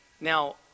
Now